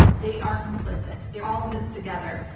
they are complicit. they're all in this together.